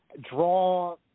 draw